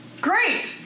Great